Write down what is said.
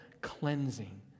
cleansing